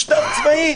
משטר צבאי.